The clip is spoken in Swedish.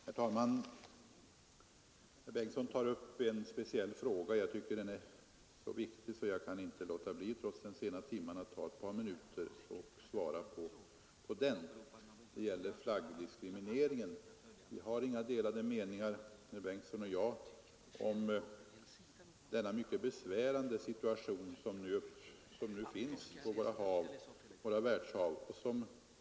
Herr talman! Herr Bengtsson i Göteborg tog upp en speciell fråga. Jag tycker att den är så viktig att jag inte kan låta bli trots den sena timmen att ta ett par minuter i anspråk för att kommentera den. Det gäller flaggdiskrimineringen. Vi har inga delade meningar, herr Bengtsson och jag, om den mycket besvärande situation som nu råder på världshaven.